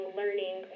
learning